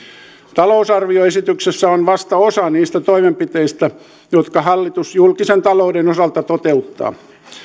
talousarvioesityksessä on vasta osa niistä toimenpiteistä jotka hallitus julkisen talouden osalta toteuttaa